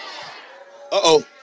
Uh-oh